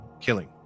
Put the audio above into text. killing